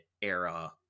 era